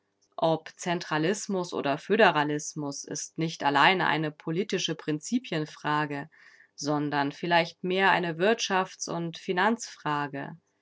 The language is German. ob zentralismus oder föderalismus ist nicht allein eine politische prinzipienfrage sondern vielleicht mehr eine wirtschafts und finanzfrage